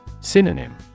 Synonym